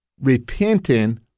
repenting